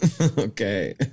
Okay